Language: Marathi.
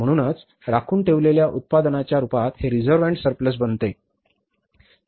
म्हणूनच राखून ठेवलेल्या उत्पन्नाच्या रूपात हे reserve and surplus बनते